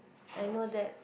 I know that